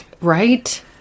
Right